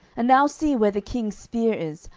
and now see where the king's spear is,